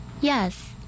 Yes